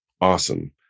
Awesome